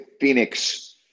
Phoenix